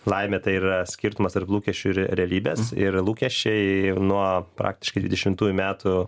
laimė tai ir yra skirtumas tarp lūkesčių ir realybės ir lūkesčiai nuo praktiškai dvidešimtųjų metų